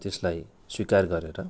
त्यसलाई स्वीकार गरेर